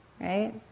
right